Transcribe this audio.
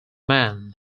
man